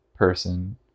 person